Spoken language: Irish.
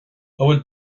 bhfuil